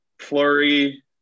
Flurry